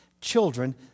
children